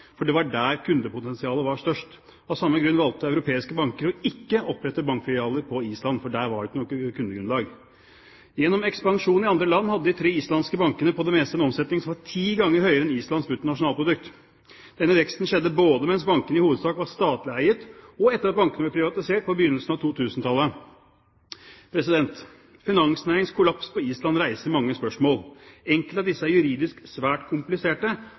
for det var der kundepotensialet var størst. Av samme grunn valgte europeiske banker ikke å opprette bankfilialer på Island, for der var det ikke nok kundegrunnlag. Gjennom ekspansjon i andre land hadde de tre islandske bankene på det meste en omsetning som var ti ganger høyere enn Islands bruttonasjonalprodukt. Denne veksten skjedde både mens bankene i hovedsak var statlig eid, og etter at bankene ble privatisert på begynnelsen av 2000-tallet. Finansnæringens kollaps på Island reiser mange spørsmål. Enkelte av disse er juridisk svært kompliserte